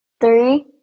Three